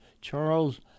Charles